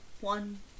one